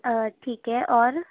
ٹھیک ہے اور